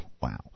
Wow